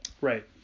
right